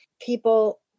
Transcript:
people